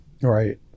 Right